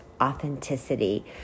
authenticity